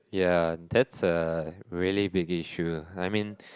yeah that's a really big issue I mean